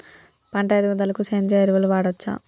పంట ఎదుగుదలకి సేంద్రీయ ఎరువులు వాడచ్చా?